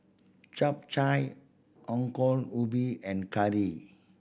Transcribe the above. Chap Chai Ongol Ubi and curry